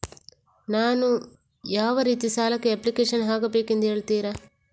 ನಾನು ಯಾವ ರೀತಿ ಸಾಲಕ್ಕೆ ಅಪ್ಲಿಕೇಶನ್ ಹಾಕಬೇಕೆಂದು ಹೇಳ್ತಿರಾ?